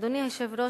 אדוני היושב-ראש,